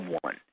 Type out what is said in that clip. one